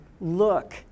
look